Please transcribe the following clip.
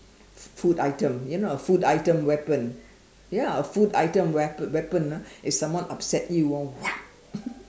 food item you know a food item weapon ya food item weapon weapon ah if someone upset you oh